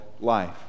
life